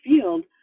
field